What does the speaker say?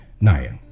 Naya